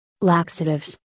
laxatives